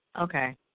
Okay